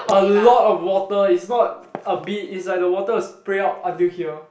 a lot of water is not a bit is like the water spray will out until here